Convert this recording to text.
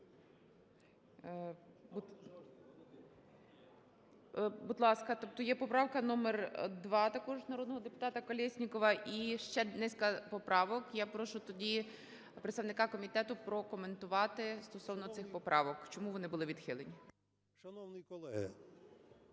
Будь ласка, тобто є поправка номер 2 також народного депутата Колєснікова і ще низка поправок. Я прошу тоді представника комітету прокоментувати стосовно цих поправок, чому вони були відхилені.